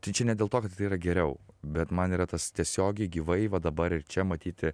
tai čia ne dėl to kad tai yra geriau bet man yra tas tiesiogiai gyvai va dabar ir čia matyti